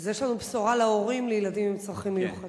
אז יש לנו בשורה להורים לילדים עם צרכים מיוחדים.